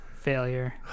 Failure